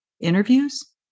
interviews